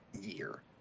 year